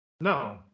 No